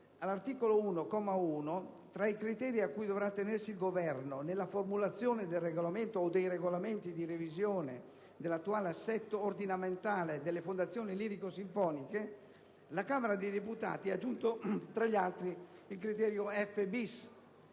all'articolo 1, comma 1, tra i criteri cui dovrà attenersi il Governo nella formulazione del regolamento o dei regolamenti di revisione dell'attuale assetto ordinamentale delle fondazioni lirico-sinfoniche, la Camera dei deputati ha aggiunto, tra gli altri, il criterio f‑*bis)*.